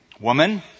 Woman